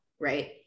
right